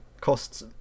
costs